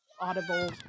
audible